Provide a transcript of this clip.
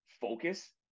focus